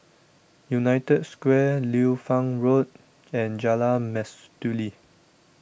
United Square Liu Fang Road and Jalan Mastuli